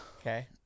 Okay